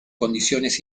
condiciones